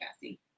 Cassie